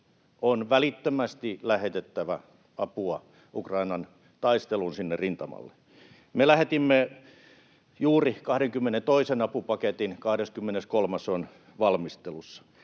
on välittömästi lähetettävä apua Ukrainan taisteluun sinne rintamalle. Me lähetimme juuri 22. apupaketin, 23. on valmistelussa.